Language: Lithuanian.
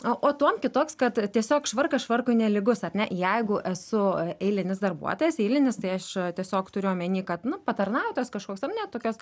o o tuom kitoks kad tiesiog švarkas švarkui nelygus ar ne jeigu esu eilinis darbuotojas eilinis tai aš tiesiog turiu omeny kad nu patarnautojas kažkoks ar ne tokios